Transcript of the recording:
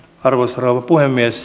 arvoisa rouva puhemies